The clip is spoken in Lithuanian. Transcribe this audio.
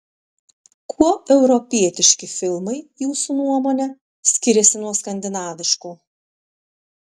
kuo europietiški filmai jūsų nuomone skiriasi nuo skandinaviškų